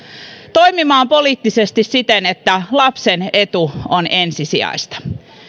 toimimaan poliittisesti siten että lapsen etu on ensisijaista